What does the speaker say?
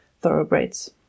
thoroughbreds